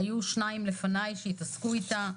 שהיו שניים לפניי שהתעסקו איתה,